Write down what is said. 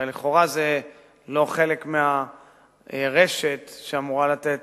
הרי לכאורה זה בכלל לא חלק מהרשת שאמורה לתת